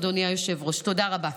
אדוני היושב-ראש, תודה רבה.